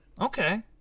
Okay